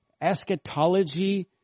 eschatology